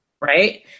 right